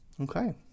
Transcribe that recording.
Okay